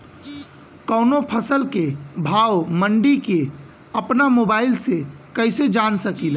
कवनो फसल के भाव मंडी के अपना मोबाइल से कइसे जान सकीला?